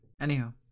Anyhow